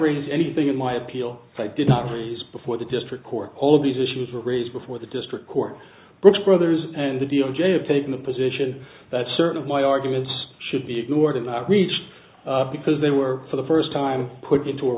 read anything in my appeal i did not raise before the district court all of these issues were raised before the district court brooks brothers and the d o j have taken the position that certain my arguments should be ignored and not reached because they were for the first time put into a